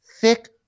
thick